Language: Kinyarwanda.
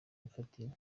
infantino